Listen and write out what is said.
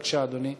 בבקשה, אדוני.